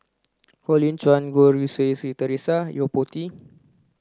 Colin Cheong Goh Rui Si Theresa and Yo Po Tee